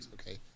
okay